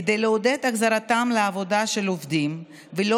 כדי לעודד את החזרתם לעבודה של עובדים ולא